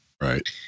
Right